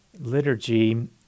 liturgy